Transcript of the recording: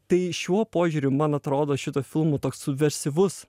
tai šiuo požiūriu man atrodo šito filmo toks subversyvus